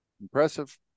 Impressive